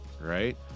right